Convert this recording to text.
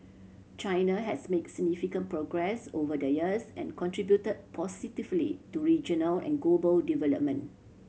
China has make significant progress over the years and contribute positively to regional and global development